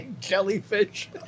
jellyfish